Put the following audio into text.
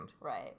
Right